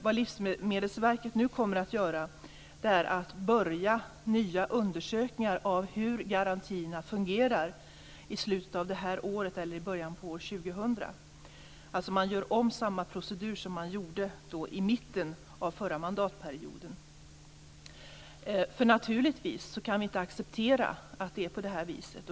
Vad Livsmedelsverket nu kommer att göra är att börja nya undersökningar av hur garantierna fungerar i slutet av det här året eller i början av år 2000. Man gör alltså om samma procedur som man gjorde i mitten av den förra mandatperioden. Naturligtvis kan vi inte acceptera att det är på det här viset.